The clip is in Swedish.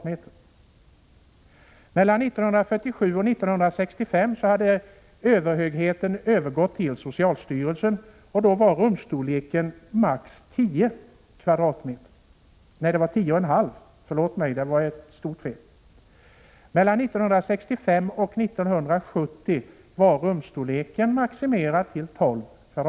Mellan 1947 och 1965 kom socialstyrelsen att bli ”överhögheten” i detta sammanhang. Då var rumsstorleken maximerad till 10,5 m?. Mellan 1965 och 1970 var rumsstorleken maximerad till 12 m?